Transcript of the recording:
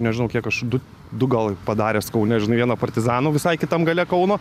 nežinau kiek aš du du gal padaręs kaune žinai vieną partizanų visai kitam gale kauno